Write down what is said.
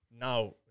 now